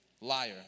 liar